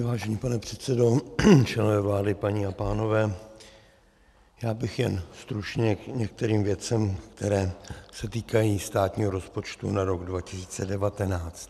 Vážený pane předsedo, členové vlády, paní a pánové, já bych jen stručně k některým věcem, které se týkají státního rozpočtu na rok 2019.